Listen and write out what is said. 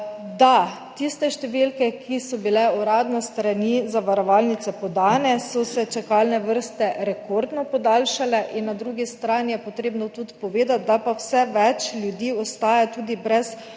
po tistih številkah, ki so bile uradno s strani zavarovalnice podane, čakalne vrste rekordno podaljšale. In na drugi strani je potrebno povedati tudi, da pa vse več ljudi ostaja brez